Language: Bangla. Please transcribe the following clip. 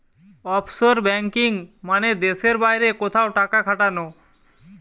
অফশোর ব্যাঙ্কিং মানে দেশের বাইরে কোথাও টাকা খাটানো